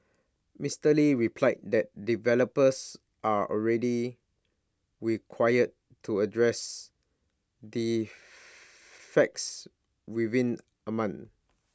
Mister lee replied that developers are already required to address defects within A month